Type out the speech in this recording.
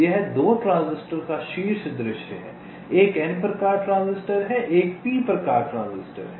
यह 2 ट्रांजिस्टर का शीर्ष दृश्य है एक N प्रकार ट्रांजिस्टर है एक P प्रकार ट्रांजिस्टर है